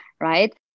right